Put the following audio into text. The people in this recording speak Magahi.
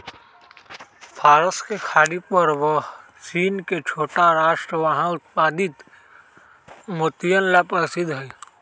फारस के खाड़ी पर बहरीन के छोटा राष्ट्र वहां उत्पादित मोतियन ला प्रसिद्ध हई